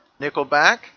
Nickelback